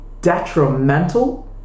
detrimental